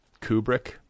Kubrick